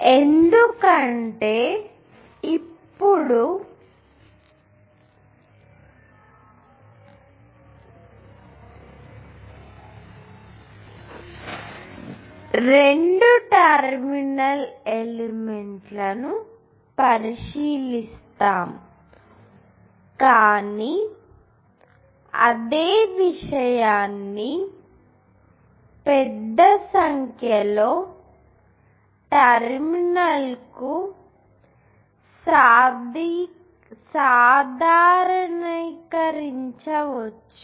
ఎందుకంటే ఇప్పుడు రెండు టెర్మినల్ ఎలిమెంట్లను పరిశీలిస్తాము కానీ అదే విషయాన్ని పెద్ద సంఖ్యలో టెర్మినల్కు సాధారణీకరించవచ్చు